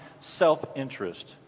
self-interest